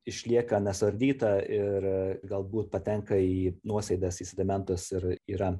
išlieka nesuardyta ir galbūt patenka į nuosėdas į sedimentus ir yra